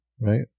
right